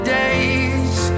days